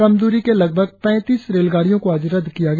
कम दूरी के लगभग पैतीस रेलगाड़ियों को आज रद्द किया गया